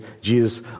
Jesus